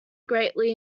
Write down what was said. greatly